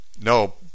no